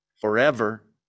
forever